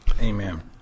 Amen